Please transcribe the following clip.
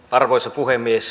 arvoisa puhemies